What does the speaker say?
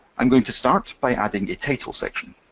i'm going to start by adding a title section.